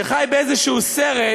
שחי באיזה סרט,